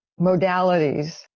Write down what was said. modalities